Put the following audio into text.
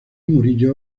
murillo